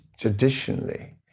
traditionally